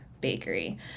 bakery